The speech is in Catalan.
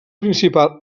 principal